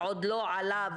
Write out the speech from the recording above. ועוד לא עלה,